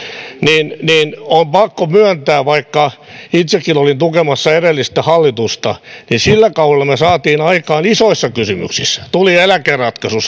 on pakko myöntää vaikka itsekin olin tukemassa edellistä hallitusta että sillä kaudella me saimme aikaan isoissa kysymyksissä tuli eläkeratkaisu